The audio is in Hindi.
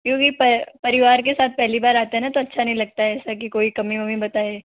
क्योंकि परिवार के साथ पहली बार आते हैं ना तो अच्छा नहीं लगता है ऐसा कि कोई कमी वमी बताए